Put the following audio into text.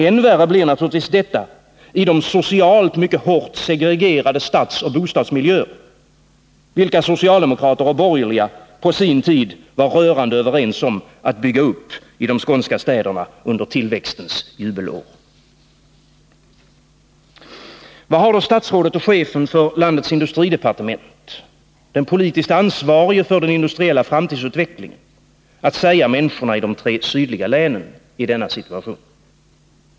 Än värre blir naturligtvis detta i de socialt mycket hårt segregerade stadsoch bostadsmil Nr 21 jöer vilka socialdemokrater och borgerliga på sin tid under tillväxtens jubelår var rörande överens om att bygga upp i de skånska städerna. Vad har då statsrådet och chefen för landets industridepartement, den politiskt ansvarige för den industriella framtidsutvecklingen, att säga människorna i de tre sydliga länden i denna situation?